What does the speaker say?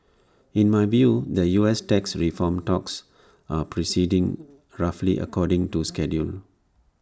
in my view the U S tax reform talks are proceeding roughly according to schedule